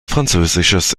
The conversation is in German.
französisches